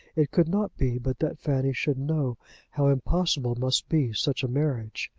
it could not be but that fanny should know how impossible must be such a marriage.